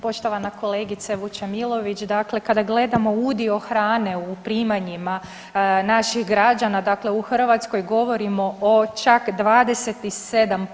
Poštovana kolegice Vučemilović, dakle kada gledamo udio hrane u primanjima naših građana, dakle u Hrvatskoj, govorimo o čak 27%